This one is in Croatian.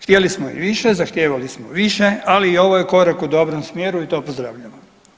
Htjeli smo i više, zahtijevali smo više, ali i ovo je korak u dobrom smjeru i to pozdravljamo.